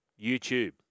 YouTube